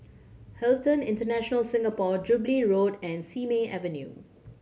Hilton International Singapore Jubilee Road and Simei Avenue